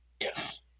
Yes